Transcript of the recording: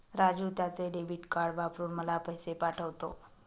राजू त्याचे debit card वापरून मला पैसे पाठवतो